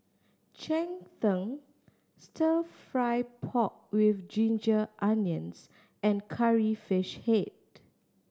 cheng tng Stir Fry pork with ginger onions and Curry Fish Head